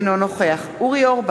אנחנו נבקש ממזכירות